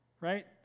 right